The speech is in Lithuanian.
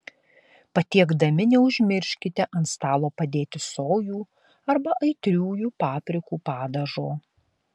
patiekdami neužmirškite ant stalo padėti sojų arba aitriųjų paprikų padažo